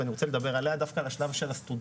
ואני רוצה לדבר על השלב של הסטודנטים,